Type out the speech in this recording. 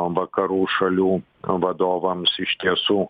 vakarų šalių vadovams iš tiesų